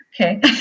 Okay